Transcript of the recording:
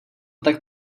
tak